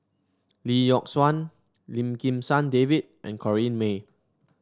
Lee Yock Suan Lim Kim San David and Corrinne May